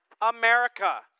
America